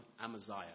Amaziah